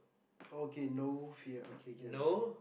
okay no fear okay can go